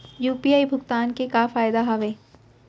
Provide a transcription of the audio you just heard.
UPI भुगतान के का का फायदा हावे?